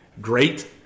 Great